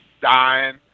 dying